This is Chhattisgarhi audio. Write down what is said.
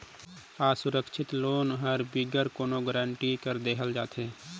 असुरक्छित लोन हर बिगर कोनो गरंटी कर देहल जाथे